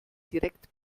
direkt